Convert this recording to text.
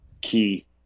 key